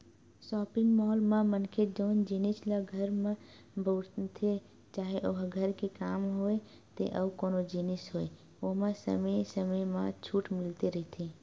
shopping mall म मनखे जउन जिनिस ल घर म बउरथे चाहे ओहा घर के काम होय ते अउ कोनो जिनिस होय ओमा समे समे म छूट मिलते रहिथे